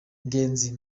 ngenzi